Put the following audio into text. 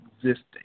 existing